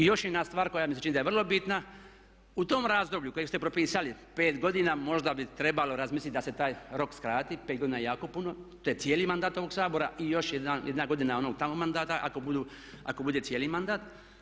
I još jedna stvar koja mi se čini da je vrlo bitna u tom razdoblju u kojem ste propisali 5 godina možda bi trebalo razmisliti da se taj rok skrati, 5 godina je jako puno, to je cijeli mandat ovog Sabora i još jedna godina onog tamo mandata ako budu, ako bude cijeli mandat.